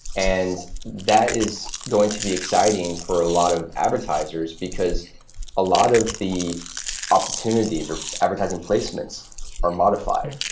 and that is going to be exciting for a lot of advertisers, because a lot of the opportunities, or advertising placements are modified.